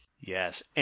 Yes